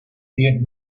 diez